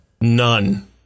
None